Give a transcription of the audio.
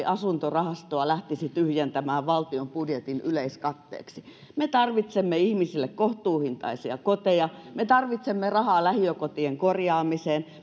asuntorahastoa lähtisi tyhjentämään valtion budjetin yleiskatteeksi me tarvitsemme ihmisille kohtuuhintaisia koteja me tarvitsemme rahaa lähiökotien korjaamiseen